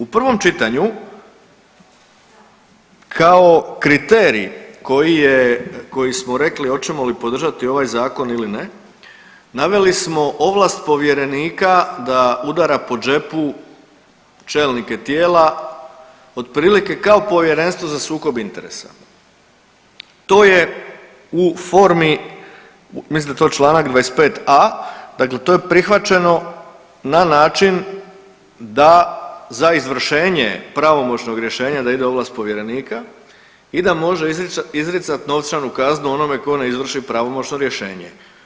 U prvom čitanju kao kriterij koji smo rekli hoćemo li podržati ovaj zakon ili ne, naveli smo ovlast povjerenika da udara po džepu čelnike tijela otprilike kao Povjerenstvo za sukob interesa, to je u formi mislim da je to čl. 25.a dakle to je prihvaćeno na način da za izvršene pravomoćnog rješenja da ide ovlast povjerenika i da može izricati novčanu kaznu onome ko ne izvršni pravomoćno rješenje.